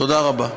תודה רבה.